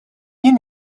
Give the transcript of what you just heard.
jien